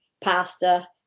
pasta